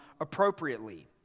appropriately